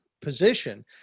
position